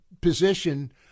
position